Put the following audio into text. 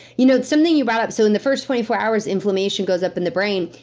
you know, something you brought up. so in the first twenty four hours inflammation goes up in the brain.